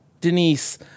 Denise